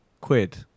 quid